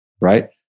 right